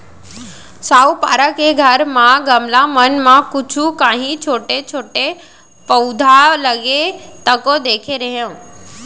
साहूपारा के घर म गमला मन म कुछु कॉंहीछोटे छोटे पउधा लगे तको देखे रेहेंव